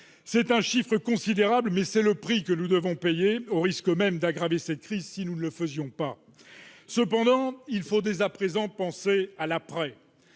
C'est un chiffre considérable, mais c'est le prix que nous devons payer, au risque d'aggraver la crise si nous ne le faisions pas. Cependant, il faut dès à présent penser à l'après.